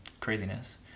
craziness